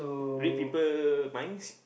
read people minds